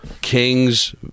Kings